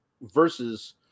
Versus